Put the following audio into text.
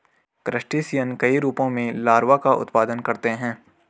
crustacean कई रूपों में लार्वा का उत्पादन करते हैं